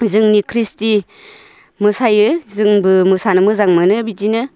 जोंनि क्रिस्टि मोसायो जोंबो मोसानो मोजां मोनो बिदिनो